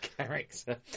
character